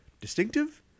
distinctive